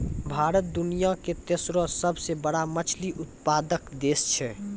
भारत दुनिया के तेसरो सभ से बड़का मछली उत्पादक देश छै